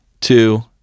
two